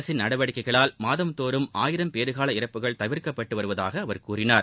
அரசின் நடவடிக்கைகளால் மாதந்தோறும் ஆயிரம் பேருகால இறப்புக்கள் தவிர்க்கப்பட்டு வருவதாக அவர் கூறினார்